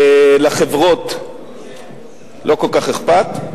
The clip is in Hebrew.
לחברות לא כל כך אכפת,